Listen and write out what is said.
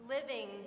living